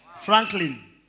Franklin